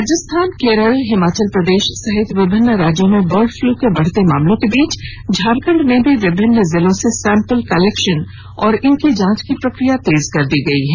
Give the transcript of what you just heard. राजस्थान केरल हिमाचल प्रदेश सहित विभिन्न राज्यों में बर्ड फ्लू के बढ़ते मामलों के बीच झारखंड में भी विभिन्न जिलों से सेंपल कलेक्शन और इनकी जांच की प्रक्रिया तेज कर दी गई है